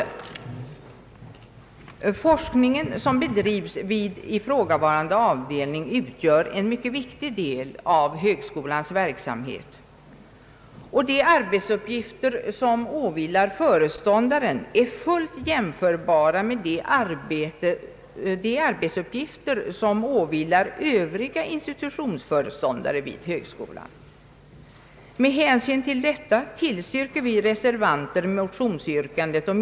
Forskning som bedrivs vid ifrågavarande avdelningar är en mycket viktig del av högskolans verksamhet, och de arbetsuppgifter som åvilar föreståndaren är fullt jämförbara med de arbetsuppgifter som åvilar övriga institutionsföreståndare vid högskolan. Med hänsyn till detta tillstyrker vi Herr talman!